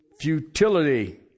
futility